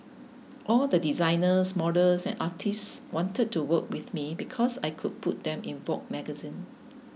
all the designers models and artists wanted to work with me because I could put them in Vogue magazine